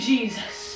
Jesus